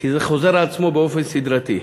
כי זה חוזר על עצמו באופן סדרתי.